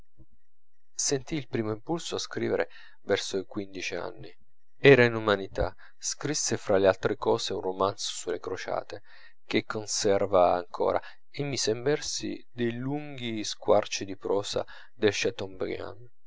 il primo impulso a scrivere verso i quattordici anni era in umanità scrisse fra le altre cose un romanzo sulle crociate che conserva ancora e mise in versi dei lunghi squarci di prosa del